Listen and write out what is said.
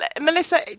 melissa